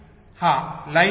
359924 आणि हे चालूच राहिल